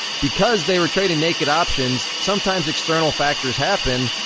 because they were trading naked options, sometimes external factors happen.